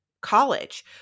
college